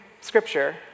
scripture